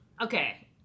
Okay